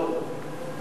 של רוברט טיבייב,